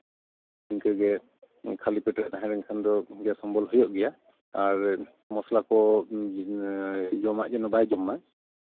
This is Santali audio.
ᱤᱱᱠᱟᱹᱜᱮ ᱠᱷᱟᱞᱤ ᱯᱮᱴᱮᱨᱮ ᱛᱟᱦᱮᱸ ᱞᱮᱱᱠᱷᱟᱱ ᱫᱚ ᱜᱮᱥ ᱚᱢᱵᱚᱞ ᱦᱩᱭᱩᱜ ᱜᱮᱭᱟ ᱟᱨ ᱢᱚᱥᱞᱟ ᱠᱚ ᱡᱚᱢᱟᱜ ᱡᱮᱱᱚ ᱵᱟᱭ ᱡᱚᱢ ᱢᱟ